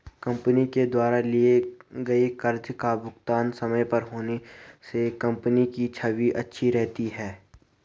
company के द्वारा लिए गए कर्ज का भुगतान समय पर होने से कंपनी की छवि अच्छी रहती है